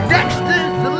Dexter's